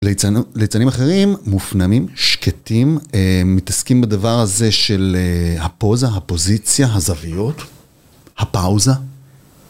ליצנים אחרים מופנמים, שקטים, מתעסקים בדבר הזה של הפוזה, הפוזיציה, הזוויות, הפאוזה.